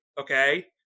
okay